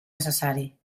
necessari